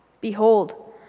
Behold